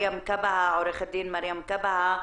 עורכת הדין מרים קבהה,